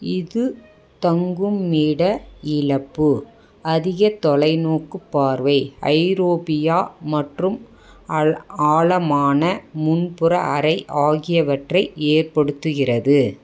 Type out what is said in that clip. இது தங்குமிட இழப்பு அதிக தொலைநோக்கு பார்வை ஹைரோபியா மற்றும் ஆழமான முன்புற அறை ஆகியவற்றை ஏற்படுத்துகிறது